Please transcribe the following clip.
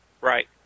Right